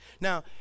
Now